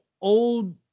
old